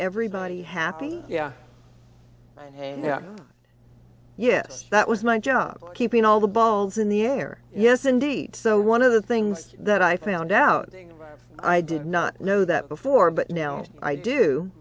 everybody happy yeah yes that was my job keeping all the balls in the air yes indeed so one of the things that i found out i did not know that before but now i do